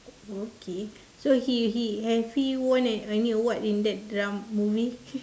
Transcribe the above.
okay so he he have he won any awards in that dra~ movie